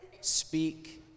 Speak